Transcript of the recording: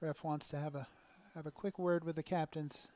rough wants to have a have a quick word with the captain